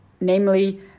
namely